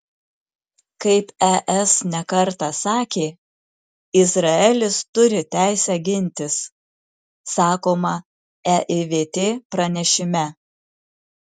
kaip es ne kartą sakė izraelis turi teisę gintis sakoma eivt pranešime